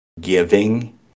giving